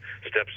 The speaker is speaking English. steps